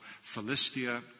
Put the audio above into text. Philistia